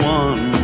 one